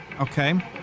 Okay